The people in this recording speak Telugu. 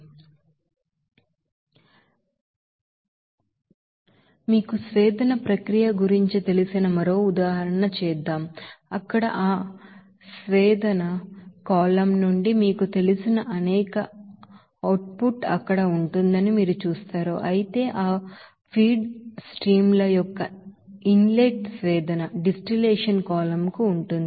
మీకు డిస్టిలేషన్ ప్రాసెస్స్వేదన ప్రక్రియ గురించి తెలిసిన మరో ఉదాహరణను చేద్దాం అక్కడ ఆ డిస్టిలేషన్ కాలమ్ నుండి మీకు తెలిసిన అనేక అవుట్ పుట్ అక్కడ ఉంటుందని మీరు చూస్తారు అయితే ఆ ఫీడ్ స్ట్రీమ్ ల యొక్క ఒక ఇన్ లెట్ డిస్టిలేషన్ కాలమ్ కు ఉంటుంది